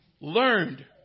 learned